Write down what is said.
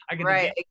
Right